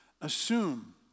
Assume